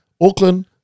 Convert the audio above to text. Auckland